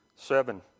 Seven